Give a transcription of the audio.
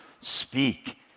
speak